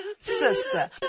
Sister